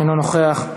אינו נוכח,